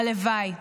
הלוואי.